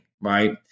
right